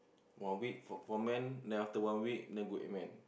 one week for one man then after one week then go amen